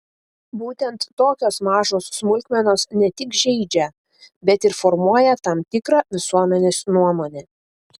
būtent tokios mažos smulkmenos ne tik žeidžia bet ir formuoja tam tikrą visuomenės nuomonę